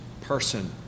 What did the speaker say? person